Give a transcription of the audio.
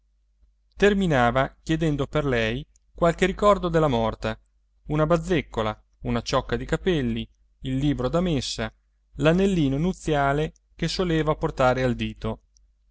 terminava chiedendo per lei qualche ricordo della morta una bazzecola una ciocca di capelli il libro da messa l'anellino nuziale che soleva portare al dito